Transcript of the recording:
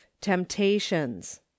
temptations